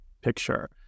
picture